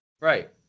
Right